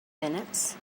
minutes